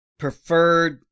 preferred